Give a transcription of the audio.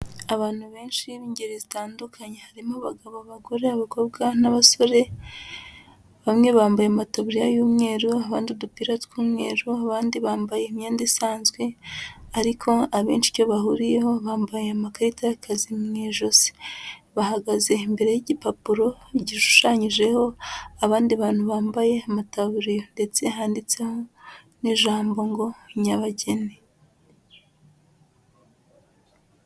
Abantu benshi b'ingeri zitandukanye harimo abagabo abagore'abakobwa n'abasore bamwe bambaye matabriya y'umweru, abandi udupira tw'umweru, abandi bambaye imyenda isanzwe ariko abenshi iyo bahuriyeho bambaye amakarita y'akazi mu ijosi bahagaze imbere y'igipapuro gishushanyijeho abandi bantu bambaye amatabu ndetse handitse n'ijambo ngo nyabageni.